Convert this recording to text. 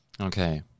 Okay